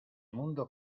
mundo